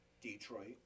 Detroit